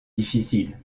difficile